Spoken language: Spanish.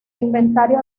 inventario